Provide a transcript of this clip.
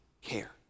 care